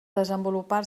desenvolupar